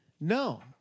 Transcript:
No